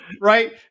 Right